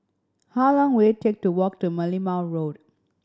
how long will it take to walk to Merlimau Road